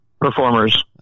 performers